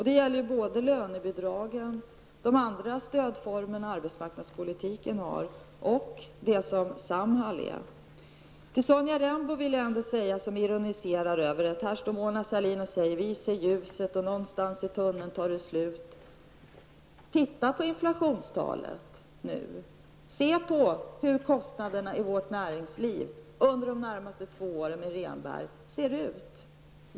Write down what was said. Det gäller lönebidragen, de andra stödformer som finns inom arbetsmarknadspolitiken och den resurs som Sonja Rembo ironiserar över att här står Mona Sahlin och säger att vi ser ljuset och någonstans i tunneln tar det slut. Titta på inflationstalet nu! Se på hur kostnaderna i vårt näringsliv under de närmaste två åren med Rehnberg ser ut.